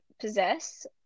possess